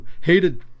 Hated